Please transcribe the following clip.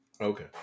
Okay